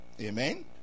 Amen